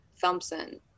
thompson